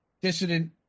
dissident